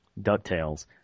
Ducktales